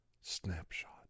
snapshot